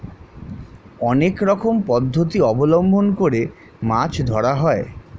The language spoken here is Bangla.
অনেক রকম পদ্ধতি অবলম্বন করে মাছ ধরা হয়